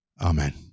Amen